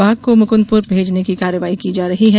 बाघ को मुकुंदपुर भेजने की कार्यवाही की जा रही है